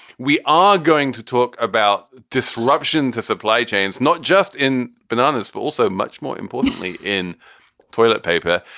we are going to talk about disruption to supply chains, not just in bananas, but also much more importantly in toilet paper.